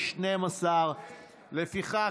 12. לפיכך,